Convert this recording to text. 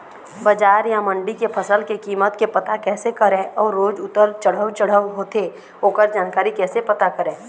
बजार या मंडी के फसल के कीमत के पता कैसे करें अऊ रोज उतर चढ़व चढ़व होथे ओकर जानकारी कैसे पता करें?